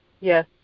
Yes